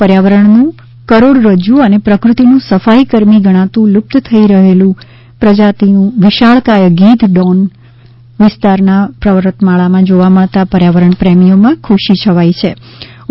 પર્યાવરણનું કરોડરજ્જુ અને પ્રકૃતિનું સફાઈ કર્મી ગણાતું લુપ્ત થઈ રહેલ પ્રજાતિનું વિશાળકાય ગીધ ડોન વિસ્તારના પર્વતમાળામાં જોવા મળતા પર્યાવરણ પ્રેમીઓમાં ખુશી છવાઈ જવા પામી છે